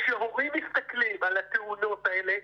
כשהורים מסתכלים על התאונות האלה,